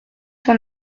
from